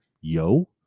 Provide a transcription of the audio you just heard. yo